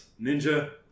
ninja